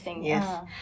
yes